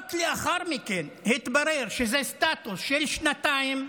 ורק לאחר מכן התברר שזה סטטוס מלפני שנתיים,